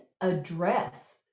address